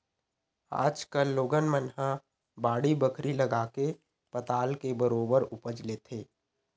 आज कल लोगन मन ह बाड़ी बखरी लगाके पताल के बरोबर उपज लेथे